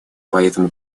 поэтому